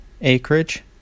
acreage